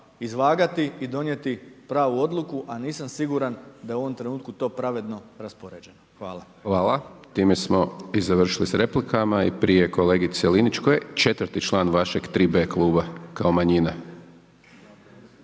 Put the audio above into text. izvagati i donijeti pravu odluku, a nisam siguran da je u ovom trenutku to pravedno raspoređeno. Hvala. **Hajdaš Dončić, Siniša (SDP)** Hvala. Time smo i završili sa replikama i prije kolegice Linić, koji je četvrti član vašeg 3b kluba kao manjina?